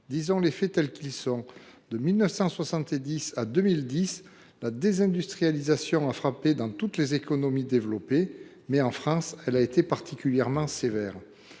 Disons les faits tels qu’ils sont : de 1970 à 2010, la désindustrialisation a frappé dans toutes les économies développées, mais elle a été particulièrement sévère